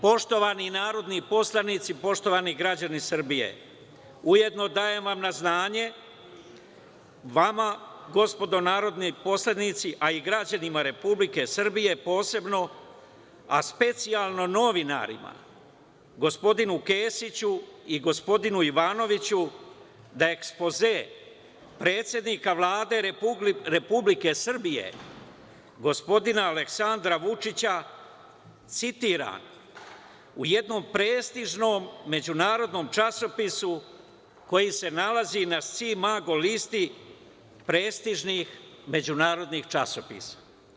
Poštovani narodni poslanici, poštovani građani Srbije, ujedno dajem vam na znanje vama gospodo narodni poslanici, a i građanima Republike Srbije, posebno, a specijalno novinarima, gospodinu Kesiću i gospodinu Ivanoviću da je ekspoze predsednika Vlade Republike Srbije, gospodina Aleksandra Vučića, citiram u jednom prestižnom međunarodnom časopisu koji se nalazi na „Si mago“ listi prestižnih međunarodnih časopisa.